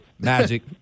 Magic